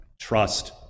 trust